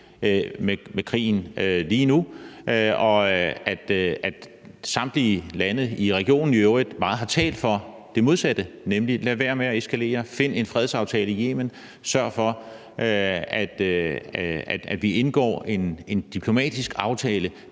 af krigen lige nu, og at samtlige lande i regionen i øvrigt har talt meget for det modsatte, nemlig at lade være med at eskalere det og i stedet for finde frem til en fredsaftale med Yemen og sørge for, at vi indgår en diplomatisk aftale?